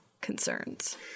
concerns